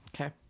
Okay